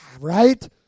Right